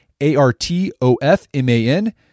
A-R-T-O-F-M-A-N